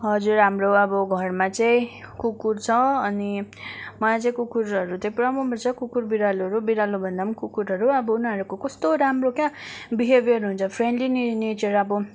हजुर हाम्रो अब घरमा चाहिँ कुकुर छ अनि मलाई चाहिँ कुकुरहरू चाहिँ पुरा मनपर्छ कुकुर बिरालोहरू बिरालोभन्दा पनि कुकुरहरू अब उनीहरूको कस्तो राम्रो क्या बिहेब्यर हुन्छ फ्रेन्डली ने नेचर अब